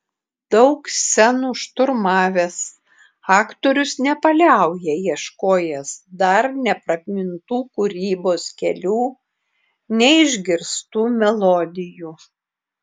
daug scenų šturmavęs aktorius nepaliauja ieškojęs dar nepramintų kūrybos kelių neišgirstų melodijų